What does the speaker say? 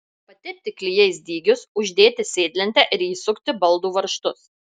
patepti klijais dygius uždėti sėdlentę ir įsukti baldų varžtus